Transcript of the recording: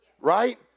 Right